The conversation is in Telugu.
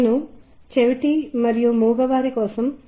ఇదే సంగీతం మరియు అవగాహన